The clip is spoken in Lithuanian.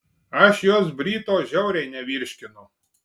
aš jos bryto žiauriai nevirškinu